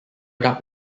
duck